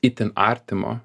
itin artimo